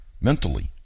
mentally